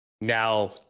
Now